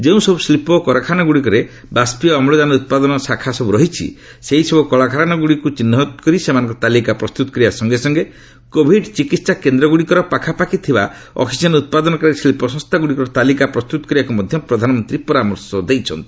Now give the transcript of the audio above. ଯେଉଁସବୁ ଶିଳ୍ପ ଓ କଳକାରଖାନା ଗୁଡ଼ିକରେ ବାଷ୍ପିୟ ଅମ୍ଳଜାନ ଉତ୍ପାଦନ ଶାଖା ରହିଛି ସେହିସବୁ କଳଖାନାଗୁଡ଼ିକୁ ଚିହ୍ନଟ କରି ସେମାନଙ୍କ ତାଲିକା ପ୍ରସ୍ତୁତ କରିବା ସଙ୍ଗେ ସଙ୍ଗେ କୋଭିଡ୍ ଚିକିତ୍ସା କେନ୍ଦ୍ର ଗୁଡ଼ିକର ପାଖାପାଖି ଥିବା ଅକ୍ଟିଜେନ୍ ଉତ୍ପାଦନକାରୀ ଶିଳ୍ପ ସଂସ୍ଥା ଗୁଡ଼ିକର ତାଲିକା ପ୍ରସ୍ତୁତ କରିବାକୁ ମଧ୍ୟ ପ୍ରଧାନମନ୍ତ୍ରୀ ପରାମର୍ଶ ଦେଇଛନ୍ତି